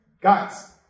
Guys